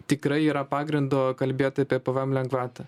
tikrai yra pagrindo kalbėt apie pvm lengvatą